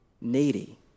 needy